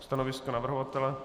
Stanovisko navrhovatele?